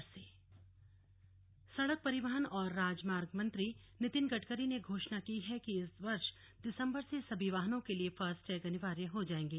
slug FASTag प्रणाली सड़क परिवहन और राजमार्ग मंत्री नितिन गडकरी ने घोषणा की है कि इस वर्ष दिसंबर से सभी वाहनों के लिए फास्टैग अनिवार्य हो जाएंगे